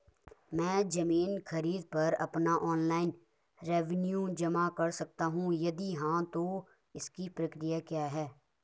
मैं ज़मीन खरीद पर अपना ऑनलाइन रेवन्यू जमा कर सकता हूँ यदि हाँ तो इसकी प्रक्रिया क्या है?